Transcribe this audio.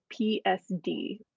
PSD